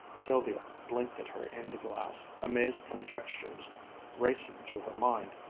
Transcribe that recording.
sylvia blinked at her in the glass, amazed conjectures racing through her mind.